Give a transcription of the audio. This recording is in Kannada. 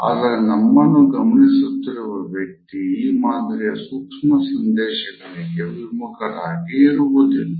ಆದರೆ ನಮ್ಮನ್ನು ಗಮನಿಸುತ್ತಿರುವ ವ್ಯಕ್ತಿ ಈ ಮಾದರಿಯ ಸೂಕ್ಷ್ಮ ಸಂದೇಶಗಳಿಗೆ ವಿಮುಖರಾಗಿ ಇರುವುದಿಲ್ಲ